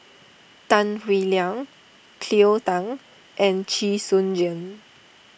Tan Howe Liang Cleo Thang and Chee Soon Juan